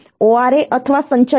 ORA અથવા સંચયક છે